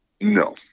No